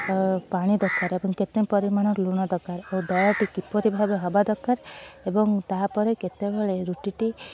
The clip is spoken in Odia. ପାଣି ଦରକାର କେତେ ପରିମାଣ ଲୁଣ ଦରକାର ଓ ଦଳଟି କିପରି ଭାବେ ହେବା ଦରକାର ଏବଂ ତା'ପରେ କେତେବେଳେ ରୁଟିଟି